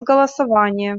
голосования